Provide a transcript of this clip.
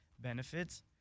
benefits